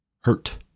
hurt